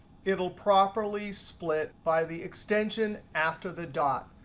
it'll properly split by the extension after the dot.